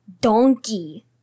donkey